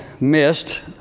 missed